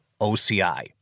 OCI